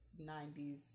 90s